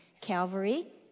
calvary